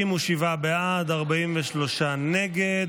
57 בעד, 43 נגד.